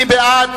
מי בעד?